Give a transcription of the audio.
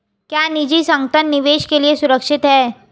क्या निजी संगठन निवेश के लिए सुरक्षित हैं?